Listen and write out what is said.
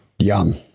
young